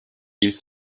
ils